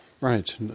Right